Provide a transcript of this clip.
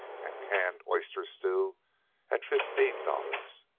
and canned oyster stew at fifteen dollars.